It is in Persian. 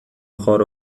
خار